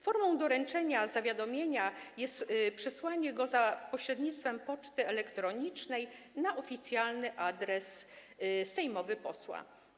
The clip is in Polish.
Formą doręczenia zawiadomienia jest przesłanie go za pośrednictwem poczty elektronicznej na oficjalny adres sejmowy posła.